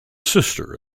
sister